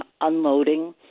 unloading